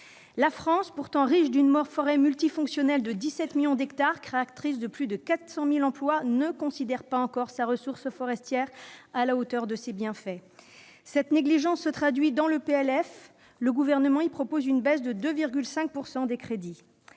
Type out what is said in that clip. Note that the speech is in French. La France, pourtant riche d'une forêt multifonctionnelle de 17 millions d'hectares, source de plus de 400 000 emplois, ne considère pas encore sa ressource forestière à la hauteur de ses bienfaits. Cette négligence se traduit dans le PLF pour 2020 : le Gouvernement prévoit une baisse de 2,5 % des crédits.